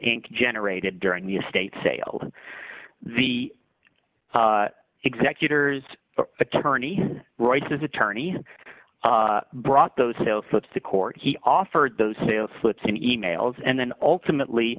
ink generated during the estate sale and the executors attorney rice's attorney brought those sales slips to court he offered those sales slips in e mails and then ultimately